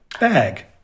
Bag